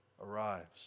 arrives